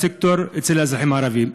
בסקטור, אצל האזרחים הערבים.